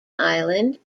island